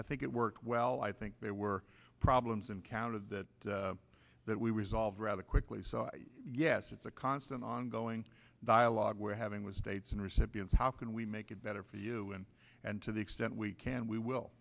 i think it worked well i think there were problems encountered that that we resolved rather quickly so yes it's a constant ongoing dialogue we're having with states and recipients how can we make it better for you and and to the extent we can we will